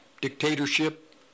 dictatorship